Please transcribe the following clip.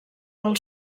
del